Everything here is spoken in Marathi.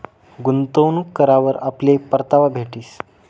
गुंतवणूक करावर आपले परतावा भेटीस